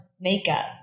makeup